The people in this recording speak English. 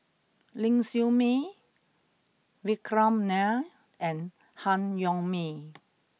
Ling Siew May Vikram Nair and Han Yong May